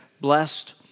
blessed